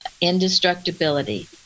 indestructibility